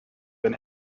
wenn